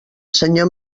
senyor